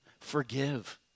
Forgive